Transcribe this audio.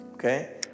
Okay